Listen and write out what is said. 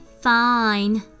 fine